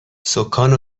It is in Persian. سـکان